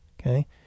okay